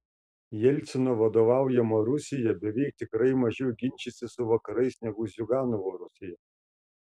jelcino vadovaujama rusija beveik tikrai mažiau ginčysis su vakarais negu ziuganovo rusija